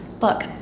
Look